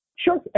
Sure